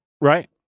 Right